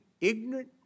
ignorant